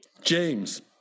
James